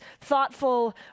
thoughtful